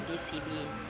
this C_B